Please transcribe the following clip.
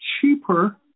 cheaper